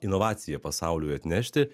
inovaciją pasauliui atnešti